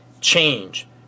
Change